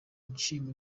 nshima